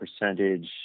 percentage